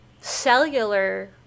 cellular